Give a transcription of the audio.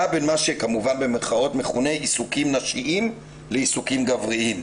בין מה שמכונה "עיסוקים נשיים" ל"עיסוקים גבריים".